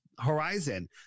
horizon